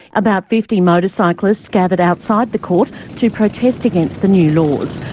about fifty motorcyclists gathered outside the court to protest against the new laws.